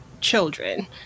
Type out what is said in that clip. children